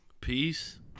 Peace